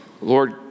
Lord